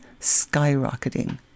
skyrocketing